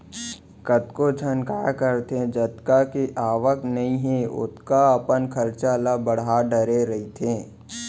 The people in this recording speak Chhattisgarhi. कतको झन काय करथे जतका के आवक नइ हे ओतका अपन खरचा ल बड़हा डरे रहिथे